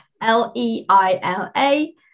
l-e-i-l-a